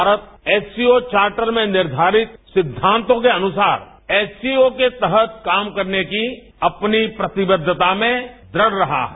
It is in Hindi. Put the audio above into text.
भारत एससीओ चार्टर में निर्धारित सिद्धांतों के अनुसार एससीओ के तहत काम करने की अपनी प्रतिबद्धता में दृढ़ रहा है